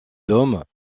l’homme